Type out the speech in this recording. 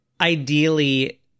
ideally